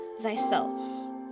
thyself